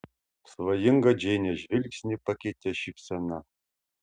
svajingą džeinės žvilgsnį pakeitė šypsena